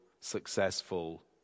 successful